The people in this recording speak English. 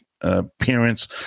appearance